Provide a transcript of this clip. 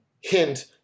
Hint